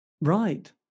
Right